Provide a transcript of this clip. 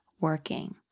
working